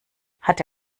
hatte